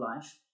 life